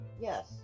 Yes